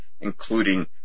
including